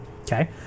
Okay